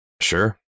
sure